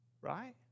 right